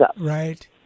right